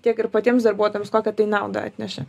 tiek ir patiems darbuotojams kokią tai naudą atneša